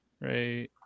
right